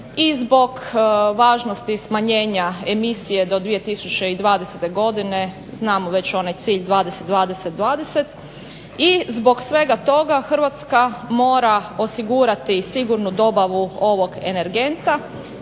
I zbog važnosti smanjenja emisije do 2020. godine znamo već onaj cilj 20, 20, 20. I zbog svega toga Hrvatska mora osigurati sigurnu dobavu ovog energenta